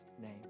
name